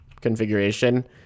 configuration